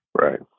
right